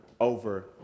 over